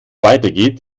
weitergeht